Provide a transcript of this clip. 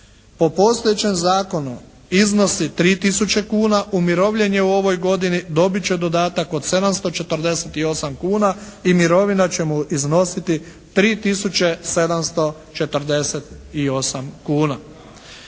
po postojećem zakonu iznosi 3 tisuće kuna, umirovljen je u ovoj godini, dobit će dodatak od 748 kuna i mirovina će mu iznositi 3 tisuće